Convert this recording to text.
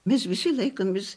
mes visi laikomės